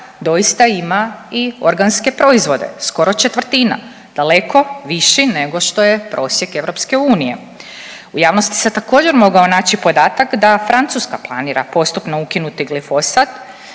doista ima i organske proizvode, skoro četvrtina, daleko viši nego što je prosjek EU. U javnosti se također mogao naći podatak da Francuska planira postupno ukinuti glifosat,